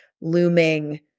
looming